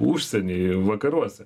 užsieny vakaruose